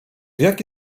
jaki